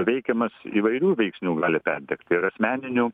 veikiamas įvairių veiksnių gali perdegti ir asmeninių